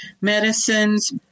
medicines